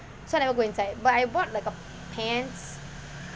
so I never go inside but I bought like a